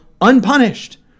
unpunished